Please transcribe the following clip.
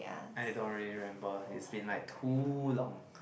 I don't really remember it's been like too long